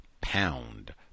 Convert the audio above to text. pound